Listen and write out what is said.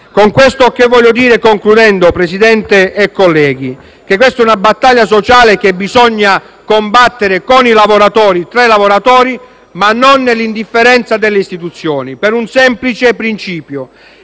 Con questo voglio dire, concludendo, signor Presidente e colleghi, che questo è una battaglia sociale che bisogna combattere con i lavoratori, tra i lavoratori, ma non nell'indifferenza delle istituzioni, per un semplice principio: